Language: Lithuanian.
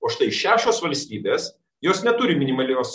o štai šešios valstybės jos neturi minimalios